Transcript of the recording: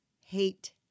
hate